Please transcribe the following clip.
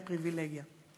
היא פריבילגיה.